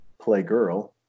Playgirl